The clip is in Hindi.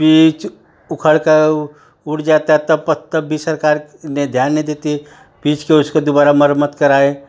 पिच उखड़कर उड़ जाता है तब पत तब भी सरकार ने ध्यान नहीं देती है पिच को उसको दुबारा मरम्मत कराए